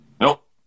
Nope